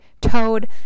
toad